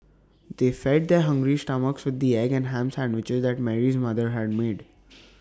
they fed their hungry stomachs with the egg and Ham Sandwiches that Mary's mother had made